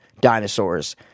dinosaurs